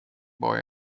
boy